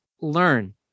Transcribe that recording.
learn